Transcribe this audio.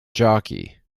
jockey